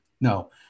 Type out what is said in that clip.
No